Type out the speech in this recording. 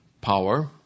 power